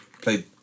played